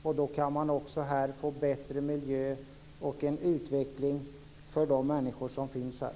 Och då kan man också här få en bättre miljö och en utveckling för de människor som finns här.